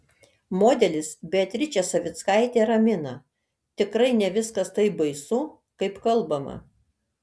modelis beatričė savickaitė ramina tikrai ne viskas taip baisu kaip kalbama